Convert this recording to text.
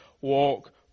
walk